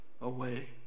away